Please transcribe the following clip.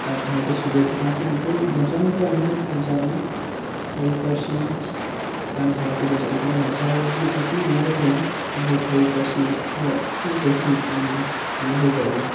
ᱟᱨ ᱡᱟᱦᱟᱸᱭ ᱠᱚ ᱥᱚᱡᱡᱳ ᱫᱟᱲᱮᱭᱟᱜ ᱠᱟᱱ ᱛᱟᱦᱮᱱᱟ ᱩᱱᱠᱩ ᱟᱭᱢᱟ ᱦᱚᱲ ᱠᱚ ᱵᱟᱧᱪᱟᱣ ᱟᱠᱟᱱᱟ ᱯᱷᱟᱭᱤᱵ ᱯᱟᱨᱥᱮᱱ ᱜᱟᱱ ᱦᱚᱲᱠᱚ ᱜᱚᱡᱚᱜ ᱠᱟᱱ ᱛᱟᱦᱮᱱᱟ ᱵᱟᱧᱪᱟᱣ ᱨᱮᱱᱟᱜ ᱯᱟᱨᱥᱮᱱ ᱦᱚᱸ ᱟᱭᱢᱟ ᱜᱮ ᱛᱟᱦᱮᱸ ᱠᱟᱱᱟ ᱮᱱᱨᱮᱦᱚᱸ ᱯᱷᱟᱹᱭᱤᱵ ᱯᱟᱨᱥᱮᱱ ᱦᱚᱲ ᱦᱚᱲ ᱢᱟᱱᱮ ᱯᱨᱚᱪᱩᱨ ᱟᱭᱢᱟ ᱦᱚᱲ ᱠᱚ ᱜᱚᱡ ᱞᱮᱱᱟ